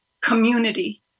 community